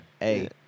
Hey